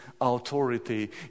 authority